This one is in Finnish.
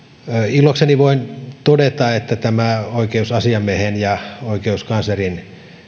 ilokseni voin todeta että tämä oikeusasiamiehen ja oikeuskanslerin